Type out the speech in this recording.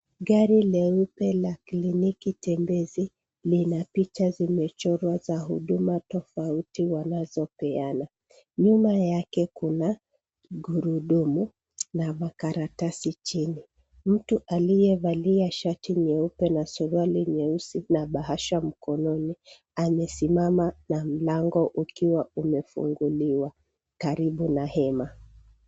Gari leupe la kliniki tembezi, lina picha zimechorwa za huduma tofauti wanazopeana. Nyuma yake kuna gurudumu na makaratasi chini. Mtu aliyevalia shati nyeupe na suruali nyeusi na bahasha mkononi, amesimama na mlango ukiwa umefunguliwa karibu na hema.